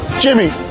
Jimmy